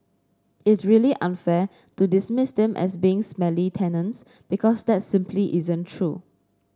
it's really unfair to dismiss them as being smelly tenants because that simply isn't true